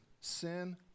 sin